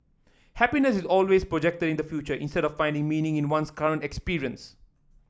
happiness is always projected in the future instead of finding meaning in one's current experience